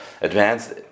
advanced